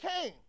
came